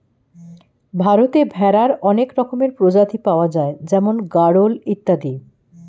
ভারতে ভেড়ার অনেক রকমের প্রজাতি পাওয়া যায় যেমন গাড়ল ইত্যাদি